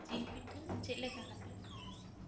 ᱡᱤᱞ ᱯᱤᱴᱷᱟᱹ ᱪᱮᱫ ᱞᱮᱠᱟ ᱠᱟᱛᱮᱢ ᱤᱥᱤᱱᱟ